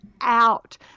out